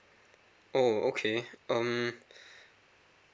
oh okay um